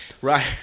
Right